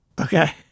Okay